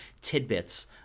tidbits